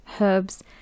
herbs